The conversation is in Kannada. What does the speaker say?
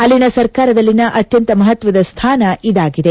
ಅಲ್ಲಿನ ಸರ್ಕಾರದಲ್ಲಿನ ಅತ್ಯಂತ ಮಹತ್ವದ ಸ್ಥಾನ ಇದಾಗಿದೆ